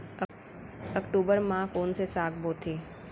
अक्टूबर मा कोन से साग बोथे?